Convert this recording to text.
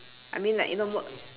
I mean like you no work